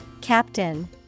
Captain